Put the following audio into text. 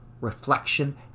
reflection